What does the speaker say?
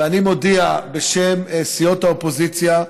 ואני מודיע, בשם סיעות האופוזיציה,